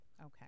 okay